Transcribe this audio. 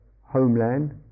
homeland